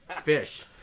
fish